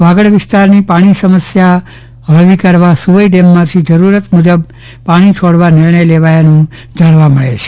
વાગડ વિસ્તારની પાણી સમસ્યા હળવી કરવા સુવઈ ડેમોમાંથી જરૂરત મુજબ પાણી છોડવા નિર્ણય લેવાયાનું જાણવા મળે છે